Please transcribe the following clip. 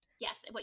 yes